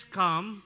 come